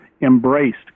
embraced